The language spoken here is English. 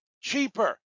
cheaper